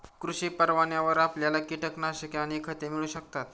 कृषी परवान्यावर आपल्याला कीटकनाशके आणि खते मिळू शकतात